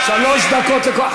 שלוש דקות לכל,